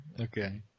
Okay